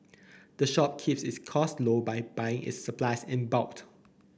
the shop keeps its costs low by buying its supplies in bulk